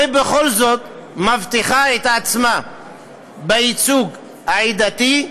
ובכל זאת מבטיחה את עצמה בייצוג העדתי,